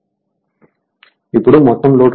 ఇప్పుడు మొత్తం load resistance Re 0